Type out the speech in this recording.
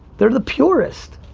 they're the purest.